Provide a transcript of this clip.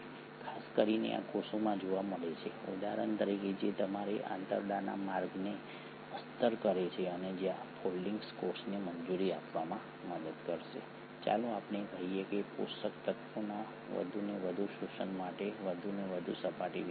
ખાસ કરીને આ કોષોમાં જોવા મળે છે ઉદાહરણ તરીકે જે તમારા આંતરડાના માર્ગને અસ્તર કરે છે જ્યાં આ ફોલ્ડિંગ્સ કોષને મંજૂરી આપવામાં મદદ કરશે ચાલો આપણે કહીએ કે પોષક તત્વોના વધુને વધુ શોષણ માટે વધુ ને વધુ સપાટી વિસ્તાર